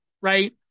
right